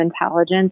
intelligence